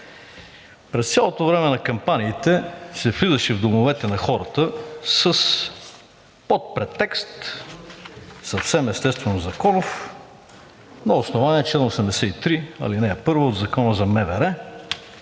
През цялото време на кампаниите се влизаше в домовете на хората под претекст, съвсем естествено законов, на основание чл. 83, ал. 1 от Закона за МВР,